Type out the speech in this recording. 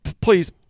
please